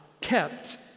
kept